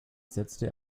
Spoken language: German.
setzte